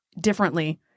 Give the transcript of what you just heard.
differently